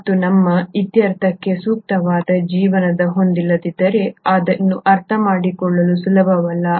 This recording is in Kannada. ಮತ್ತು ನಮ್ಮ ಇತ್ಯರ್ಥಕ್ಕೆ ಸೂಕ್ತವಾದ ಸಾಧನಗಳನ್ನು ಹೊಂದಿಲ್ಲದಿದ್ದರೆ ಅದನ್ನು ಅರ್ಥಮಾಡಿಕೊಳ್ಳುವುದು ಸುಲಭವಲ್ಲ